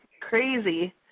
crazy